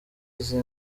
izi